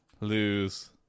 lose